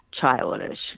childish